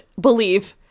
believe